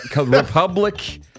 Republic